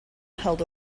held